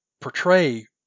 portray